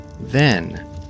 Then